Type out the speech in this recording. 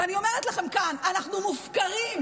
אני אומרת לכם כאן, אנחנו מופקרים.